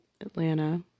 Atlanta